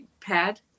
pad